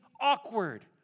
awkward